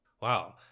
wow